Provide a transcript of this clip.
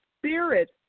spirit